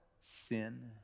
sin